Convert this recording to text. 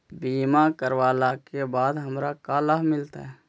बीमा करवला के बाद हमरा का लाभ मिलतै?